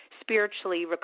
spiritually